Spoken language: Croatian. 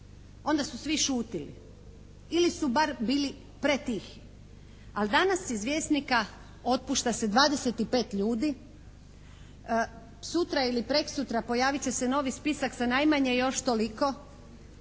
onda su svi šutili ili su bar bili pretihi. Ali danas iz "Vjesnika" otpušta se 25 ljudi, sutra ili prekosutra pojavit će se novi spisak sa najmanje još toliko.